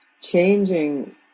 changing